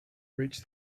reach